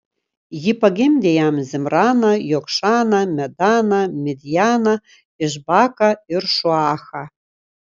ji pagimdė jam zimraną jokšaną medaną midjaną išbaką ir šuachą